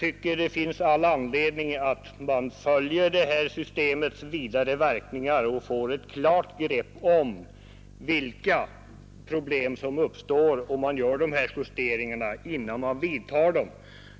Det finns all anledning att följa systemets vidare verkningar, så att man i förväg får ett klart grepp om vilka problem som uppstår, om dessa justeringar vidtas.